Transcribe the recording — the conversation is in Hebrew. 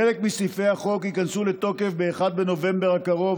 חלק מסעיפי החוק ייכנסו לתוקף ב-1 בנובמבר הקרוב,